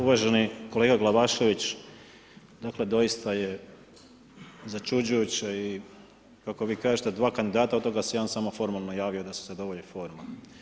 Uvaženi kolega Glavašević, dakle doista je začuđujuće i kako vi kažete, dva kandidata, od toga se jedan samo formalno javio da se zadovolji forma.